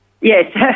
Yes